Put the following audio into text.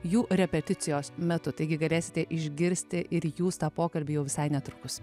jų repeticijos metu taigi galėsite išgirsti ir jūs tą pokalbį jau visai netrukus